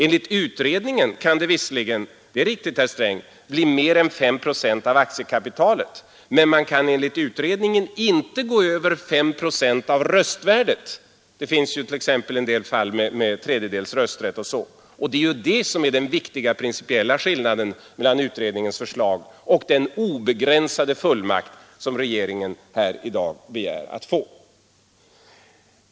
Enligt utredningen kan det visserligen bli mer än fem procent av aktiekapitalet — det är riktigt, herr Sträng — men man kan enligt utredningen inte gå över fem procent av röstvärdet; det finns ju t.ex. en del fall med en tredjedels rösträtt och liknande. Det är det som är den viktiga principiella skillnaden mellan utredningens förslag och den obegränsade fullmakt som regeringen i dag begär.